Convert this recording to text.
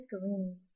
green